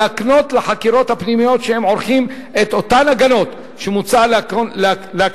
להקנות לחקירות הפנימיות שהם עורכים את אותן הגנות שמוצע להקנות